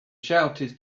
shouted